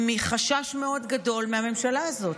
מחשש מאוד גדול מהממשלה הזאת,